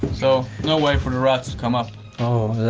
so, no way for the rats to come up oh,